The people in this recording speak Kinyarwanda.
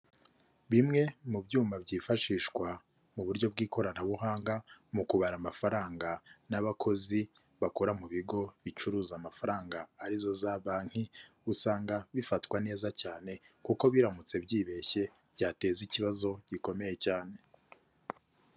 Bimwe mu byuma byifashishwa mu buryo bw’ikoranabuhanga mu kubara amafaranga, n’abakozi bakora mu bigo bicuruza amafaranga, arizo za banki, usanga bifatwa neza cyane. Kuko biramutse byibeshye, byateza ikibazo gikomeye cyane.